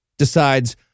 decides